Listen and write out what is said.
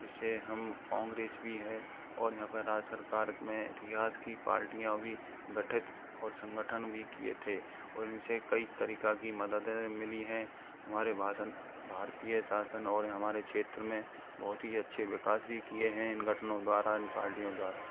इसे हम कोंग्रेस भी है और यहाँ पे राज्य सरकार में इतिहास की पार्टियाँ भी गठित और संगठन भी किए थे और इनसे कई तरीका की मददें मिली हैं हमारे भाषण भारतीय शासन और हमारे क्षेत्र में बहुत ही अच्छे विकास भी किए हैं इन गठनों द्वारा इन पार्टियों द्वारा